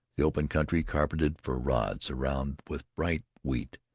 the open country, carpeted for rods around with bright wheat,